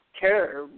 care